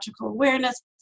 awareness